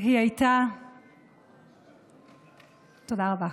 תודה רבה.